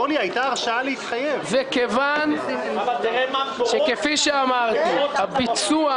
סוגיית רכש גומלין, מה שחבר הכנסת מיקי לוי העלה.